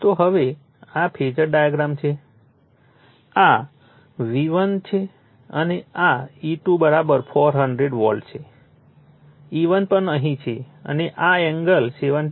તો હવે આ ફેઝર ડાયાગ્રામ છે આ V1 છે અને આ E2 400 વોલ્ટ છે E1 પણ અહીં છે અને આ એંગલ 70